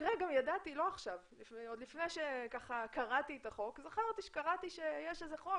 במקרה גם ידעתי לא עכשיו זכרתי שקראתי שיש איזה חוק